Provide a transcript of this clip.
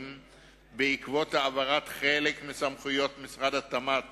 בעקבות העברת חלק מסמכויות משרד התמ"ת